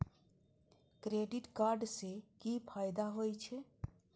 Credit card से कि फायदा होय छे?